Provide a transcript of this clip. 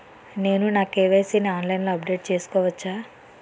నేను నా కే.వై.సీ ని ఆన్లైన్ లో అప్డేట్ చేసుకోవచ్చా?